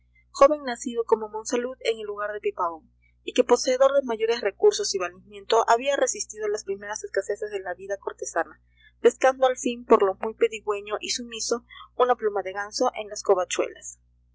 joven nacido como monsalud en el lugar de pipaón y que poseedor de mayores recursos y valimiento había resistido a las primeras escaseces de la vida cortesana pescando al fin por lo muy pedigüeño y sumiso una pluma de ganso en